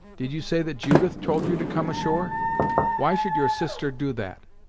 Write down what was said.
did you say that judith told you to come ashore why should your sister do that?